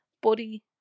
body